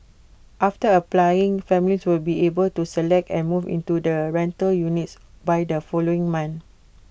after applying families will be able to select and move into the rental units by the following month